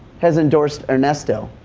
has endorsed ernesto.